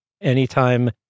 Anytime